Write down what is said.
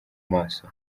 maso